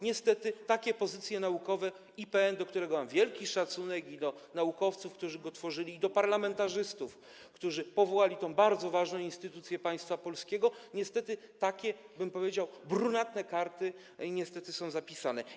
Niestety takie pozycje naukowe IPN, do którego mam wielki szacunek, do naukowców, którzy go tworzyli, i do parlamentarzystów, którzy powołali tę bardzo ważną instytucję państwa polskiego, niestety takie, powiedziałbym, brunatne karty są zapisane.